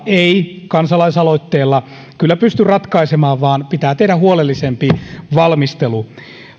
ei kansalaisaloitteella kyllä pysty ratkaisemaan vaan pitää tehdä huolellisempi valmistelu